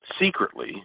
secretly